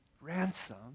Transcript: ransom